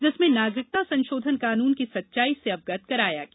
जिसमें नागरिकता संशोधन कानून की सच्चाई से अवगत कराया गया